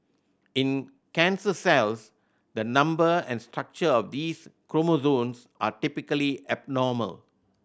in cancer cells the number and structure of these chromosomes are typically abnormal